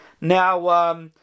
Now